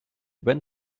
went